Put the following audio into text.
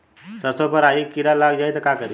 सरसो पर राही किरा लाग जाई त का करी?